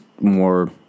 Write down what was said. more